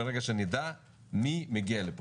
ברגע שנדע מי מגיע לפה.